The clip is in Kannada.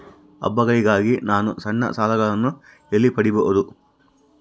ಹಬ್ಬಗಳಿಗಾಗಿ ನಾನು ಸಣ್ಣ ಸಾಲಗಳನ್ನು ಎಲ್ಲಿ ಪಡಿಬಹುದು?